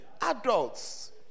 adults